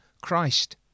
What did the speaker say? Christ